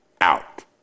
out